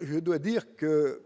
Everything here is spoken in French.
je dois dire que